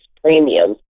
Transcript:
premiums